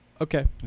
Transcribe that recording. okay